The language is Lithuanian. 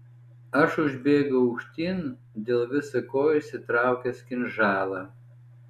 aš užbėgau aukštyn dėl visa ko išsitraukęs kinžalą